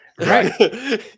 right